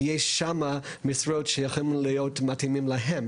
כי יש שם משרות שיכולים להיות מתאימים להם.